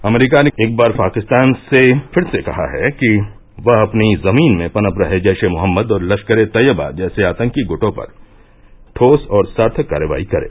अमरीका ने एक बार फिर पाकिस्तान से कहा है कि वह अपनी जमीन में पनप रहे जैश ए मोहम्मद और लश्करे ए तैयबा जैसे आतंकी गुटों पर ठोस और सार्थक कार्रवाई करें